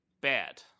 bad